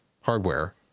hardware